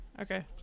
okay